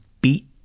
beat